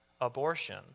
abortion